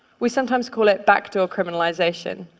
we sometimes call it backdoor criminalization.